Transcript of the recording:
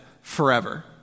forever